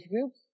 groups